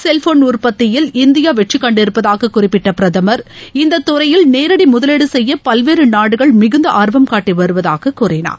Sheldon உற்பத்தியில் India வெற்றி கண்டிருப்பதாக குறிப்பிட்ட பிரதமர் இந்த துறையில் நேரடி முதலீடு செய்ய பல்வேறு நாடுகள் மிகுந்த ஆர்வம் காட்டி வருவதாகக் கூறினார்